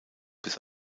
bis